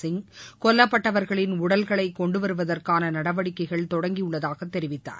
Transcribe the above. சிங் கொல்லப்பட்டவர்களின் உடல்களை கொண்டுவருவதற்கான நடவடிக்கைகள் தொடங்கியுள்ளதாக தெரிவித்தார்